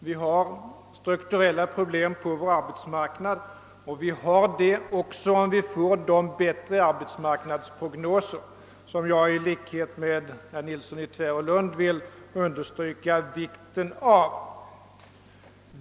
Vi har strukturella problem på vår arbetsmarknad även om vi får bättre arbetsmarknadsprognoser, som jag i likhet med herr Nilsson i Tvärålund vill understryka vikten av.